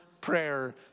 prayer